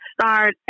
start